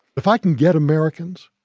if i can get americans